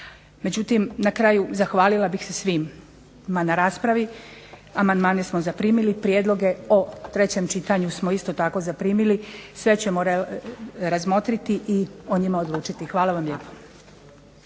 dovoljno. Na kraju zahvalila bih se svima na raspravi. Amandmane smo zaprimili, prijedloge o trećem čitanju smo isto tako zaprimili. Sve ćemo razmotriti i o njima odlučiti. Hvala vam lijepa.